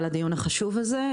על הדיון החשוב הזה.